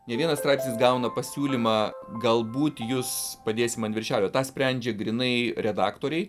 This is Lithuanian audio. ne vienas straipsnis gauna pasiūlymą galbūt jus padėsim ant viršelio tą sprendžia grynai redaktoriai